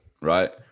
right